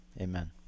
Amen